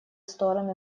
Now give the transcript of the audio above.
стороны